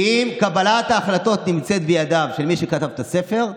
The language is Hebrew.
כי אם קבלת ההחלטות נמצאת בידיו של מי שכתב את הספר,